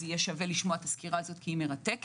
יהיה שווה לשמוע את הסקירה הזאת כי היא מרתקת.